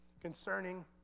concerning